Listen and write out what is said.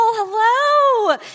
Hello